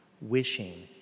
wishing